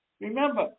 remember